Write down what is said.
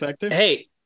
hey